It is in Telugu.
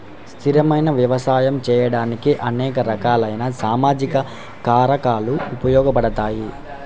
స్థిరమైన వ్యవసాయం చేయడానికి అనేక రకాలైన సామాజిక కారకాలు ఉపయోగపడతాయి